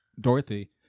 Dorothy